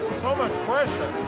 so much pressure!